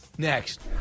Next